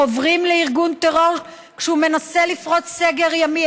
חוברים לארגון טרור כשהוא מנסה לפרוץ סגר ימי,